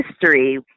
history